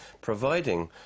providing